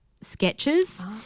sketches